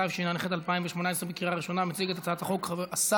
התשע"ח 2018. יציג את הצעת החוק השר